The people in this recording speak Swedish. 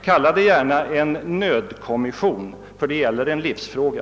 Kalla det gärna en nödkommission — det gäller en livsfråga.